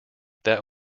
that